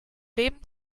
leben